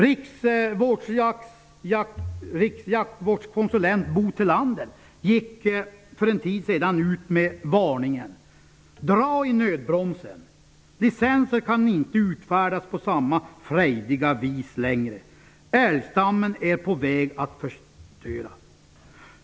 Riksjaktvårdskonsulent Bo Thelander gick för en tid sedan ut med varningen: Dra i nödbromsen! Licenser kan inte utfärdas på samma frejdiga vis längre. Älgstammen är på väg att förstöras.